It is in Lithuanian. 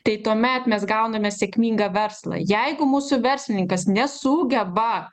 tai tuomet mes gauname sėkmingą verslą jeigu mūsų verslininkas nesugeba